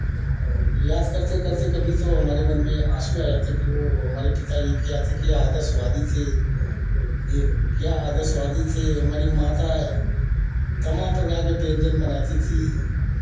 याद करते करते कभी तो हमारे मन में आँसू आ जाते हैं की वह हमारे पिताजी क्या थे क्या आदर्शवादी थे यह क्या आदर्शवादी थे हमारी माता तमाम प्रकार के व्यंजन बनाती थीं